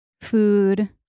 food